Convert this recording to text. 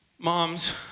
Moms